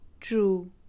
True